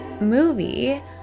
movie